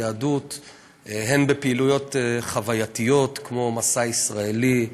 בפעילויות חווייתיות כמו "מסע ישראלי",